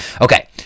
okay